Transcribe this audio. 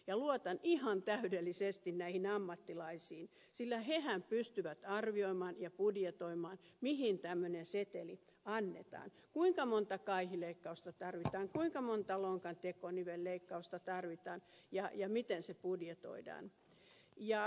ja luotan ihan täydellisesti näihin ammattilaisiin sillä hehän pystyvät arvioimaan ja budjetoimaan mihin tämmöinen seteli annetaan kuinka monta kaihileikkausta tarvitaan kuinka monta lonkan tekonivelleikkausta tarvitaan ja miten se budjetoidaan